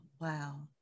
Wow